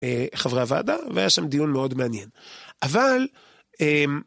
חברי הוועדה, והיה שם דיון מאוד מעניין. אבל...